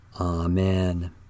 Amen